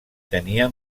tenia